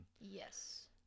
Yes